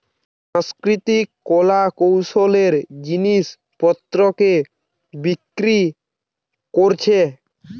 সাংস্কৃতিক কলা কৌশলের জিনিস পত্রকে বিক্রি কোরছে